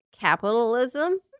capitalism